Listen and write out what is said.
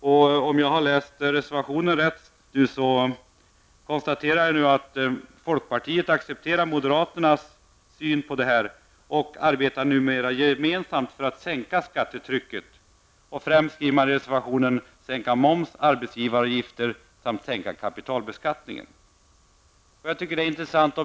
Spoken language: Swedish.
Om jag har läst den gemensamma folkparti och moderatreservationen rätt kan jag konstatera att folkpartiet accepterar moderaternas skattepolitik, och de arbetar numera gemensamt för att sänka skattetrycket och främst sänka momsen, arbetsgivaravgifterna och kapitalbeskattningen.